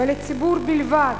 ולציבור בלבד,